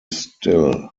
still